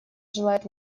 желает